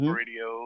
radio